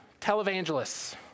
Televangelists